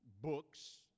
books